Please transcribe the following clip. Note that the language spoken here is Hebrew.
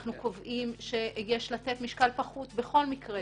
אנחנו קובעים שיש לתת משקל פחות בכל מקרה